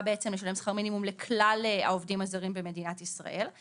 לשלם שכר מינימום לכלל העובדים הזרים במדינת ישראל.